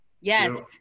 Yes